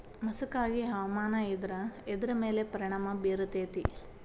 ಮಸಕಾಗಿ ಹವಾಮಾನ ಇದ್ರ ಎದ್ರ ಮೇಲೆ ಪರಿಣಾಮ ಬಿರತೇತಿ?